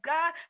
God